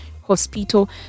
hospital